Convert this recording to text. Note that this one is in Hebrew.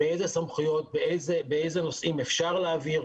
אילו סמכויות באילו נושאים אפשר להעביר,